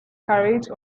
carriage